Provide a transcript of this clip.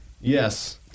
Yes